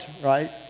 Right